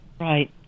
Right